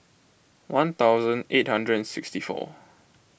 one thousand eight hundred and sixty four